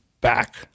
back